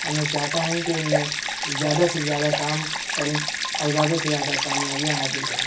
اور میں چاہتا ہوں کہ اِن میں زیادہ سے زیادہ کام کروں اور زیادہ سے زیادہ کامیابیاں حاصل کروں